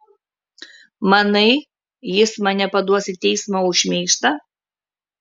manai jis mane paduos į teismą už šmeižtą